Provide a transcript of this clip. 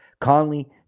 Conley